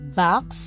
box